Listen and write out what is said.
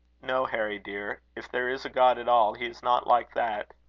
no, harry dear, if there is a god at all, he is not like that.